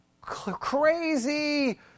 crazy